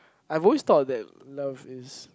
I've always thought that love is